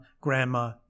grandma